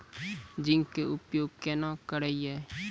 Zinc के उपयोग केना करये?